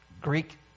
Greek